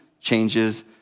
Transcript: changes